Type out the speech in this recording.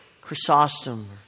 Chrysostom